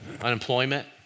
unemployment